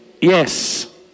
Yes